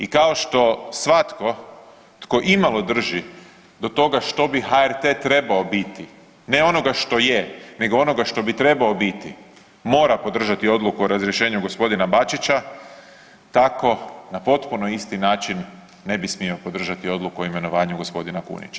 I kao što svatko tko imalo drži do toga što bi HRT trebao biti, ne onoga što je, nego onoga što bi trebao biti mora podržati odluku o razrješenju gospodina Bačića, tako na potpuno isti način ne bi smio podržati odluku o imenovanju gospodina Kunića.